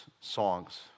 songs